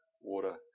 water